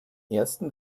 ersten